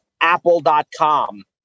apple.com